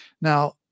Now